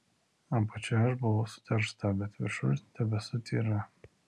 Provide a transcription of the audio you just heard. apačioje aš buvau suteršta bet viršuj tebesu tyra